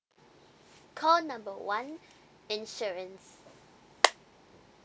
call number one insurance